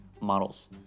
models